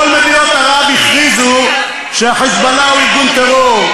כל מדינות ערב הכריזו שה"חיזבאללה" הוא ארגון טרור.